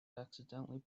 accidentally